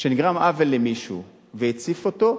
שנגרם עוול למישהו והציף אותו,